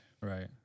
Right